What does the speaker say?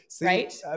right